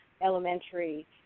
elementary